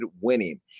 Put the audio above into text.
Winning